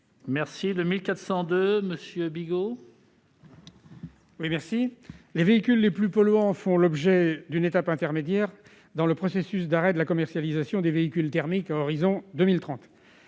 parole est à M. Joël Bigot. Les véhicules les plus polluants font l'objet d'une étape intermédiaire dans le processus d'arrêt de la commercialisation des véhicules thermiques à l'horizon de 2030.